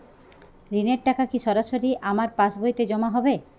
ঋণের টাকা কি সরাসরি আমার পাসবইতে জমা হবে?